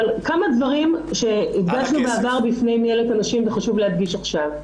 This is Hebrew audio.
אבל כמה דברים שהדגשנו בעבר בפני מינהלת הנשים וחשוב להדגיש עכשיו.